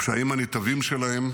הפשעים הנתעבים שלהם,